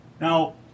Now